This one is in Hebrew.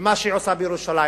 במה שהיא עושה בירושלים.